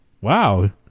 Wow